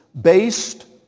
Based